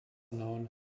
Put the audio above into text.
known